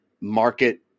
market